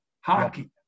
hockey